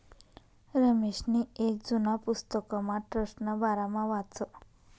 रमेशनी येक जुना पुस्तकमा ट्रस्टना बारामा वाचं